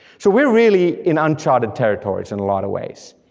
so we're really in unchartered territories, in a lot of ways.